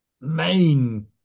main